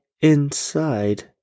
inside